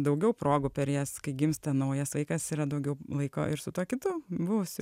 daugiau progų per jas kai gimsta naujas vaikas yra daugiau laiko ir su tuo kitu buvusiu